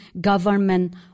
government